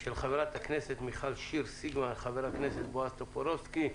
של חברת הכנסת מיכל שיר סגמן וחבר הכנסת בועז טופורובסקי.